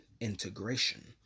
integration